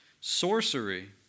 sorcery